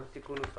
הצבעה אושר.